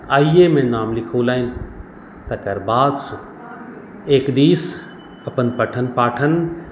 आई A मे नाम लिखौलनि तकर बादसँ एक दिश अपन पठन पाठन